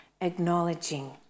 acknowledging